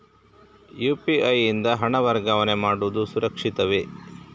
UPI ಯಿಂದ ಹಣ ವರ್ಗಾವಣೆ ಮಾಡುವುದು ಸುರಕ್ಷಿತವೇ?